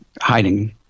hiding